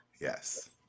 Yes